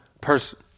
person